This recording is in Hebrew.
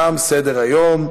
תם סדר-היום.